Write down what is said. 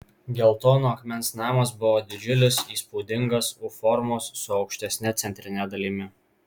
geltono akmens namas buvo didžiulis įspūdingas u formos su aukštesne centrine dalimi